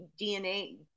DNA